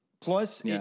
Plus